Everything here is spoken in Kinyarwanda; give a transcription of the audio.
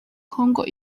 congo